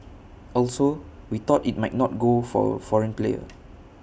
also we thought IT might not go for A foreign player